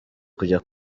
kujya